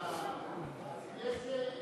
כן,